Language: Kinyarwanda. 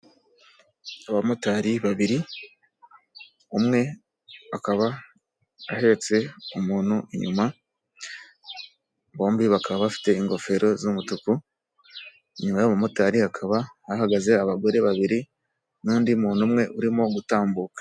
Abamotari babiri, umwe akaba ahetse umuntu inyuma, bombi bakaba bafite ingofero z'umutuku, inyuma y'uwo mu motari hakaba hahagaze abagore babiri n'undi muntu umwe urimo gutambuka.